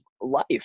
life